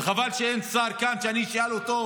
וחבל שאין כאן שר שאני אשאל אותו,